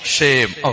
Shame